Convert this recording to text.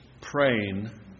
praying